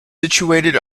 situated